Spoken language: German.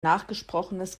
nachgesprochenes